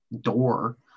door